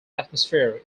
atmosphere